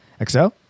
xo